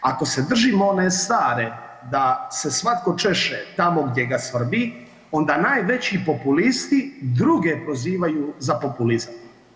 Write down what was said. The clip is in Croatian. Ako se držimo one stare da se svatko češe tamo gdje ga svrbi onda najveći populisti druge prozivaju za populizam.